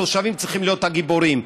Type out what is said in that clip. התושבים צריכים להיות הגיבורים.